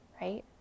right